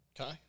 Okay